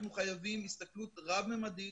אנחנו חייבים הסתכלות רב-ממדית,